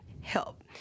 help